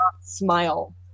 smile